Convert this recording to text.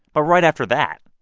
but right after that,